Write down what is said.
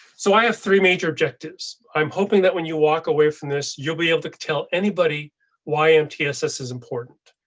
so i have three major objectives. i'm hoping that when you walk away from this, you'll be able to tell anybody why mtss is important.